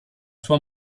sua